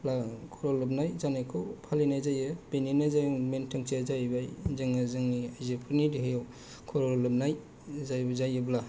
बा खर' लोबनाय जानायखौ फालिनाय जायो बेनिनो जों मेन थांखिया जाहैबाय जोङो जोंनि आयजोफोरनि देहायाव खर' लोबनाय जायोब्ला